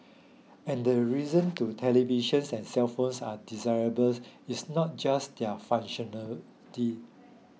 and the reason to televisions and cellphones are desirable is not just their functionality